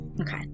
Okay